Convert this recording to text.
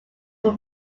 were